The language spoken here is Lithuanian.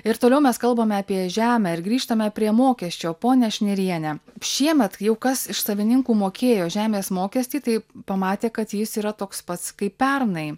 ir toliau mes kalbame apie žemę ir grįžtame prie mokesčio ponia šniriene šiemet jau kas iš savininkų mokėjo žemės mokestį tai pamatė kad jis yra toks pats kaip pernai